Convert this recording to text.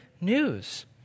news